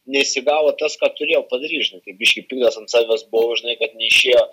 nesigavo tas ką turėjau padaryt žinai tai biškį piktas ant savęs buvau kad neišėjo